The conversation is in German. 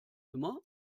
immer